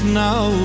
now